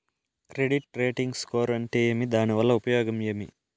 Credit rating score అంటే ఏమి దాని వల్ల ఉపయోగం ఏమి?